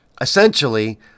Essentially